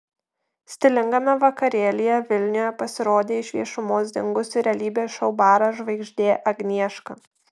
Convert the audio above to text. stilingame vakarėlyje vilniuje pasirodė iš viešumos dingusi realybės šou baras žvaigždė agnieška